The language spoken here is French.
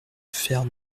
faire